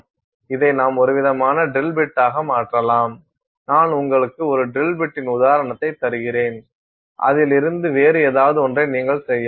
இதை நாம் ஒருவிதமான ட்ரில் பிட்டாக மாற்றலாம் நான் உங்களுக்கு ஒரு ட்ரில் பிட்டின் உதாரணத்தை தருகிறேன் அதிலிருந்து வேறு ஏதாவது ஒன்றை நீங்கள் செய்யலாம்